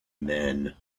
men